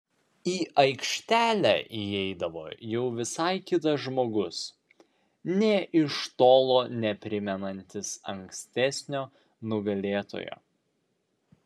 į aikštelę įeidavo jau visai kitas žmogus nė iš tolo neprimenantis ankstesnio nugalėtojo